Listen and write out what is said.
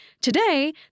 Today